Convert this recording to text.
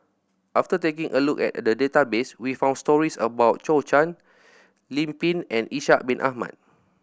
after taking a look at the database we found stories about Zhou Can Lim Pin and Ishak Bin Ahmad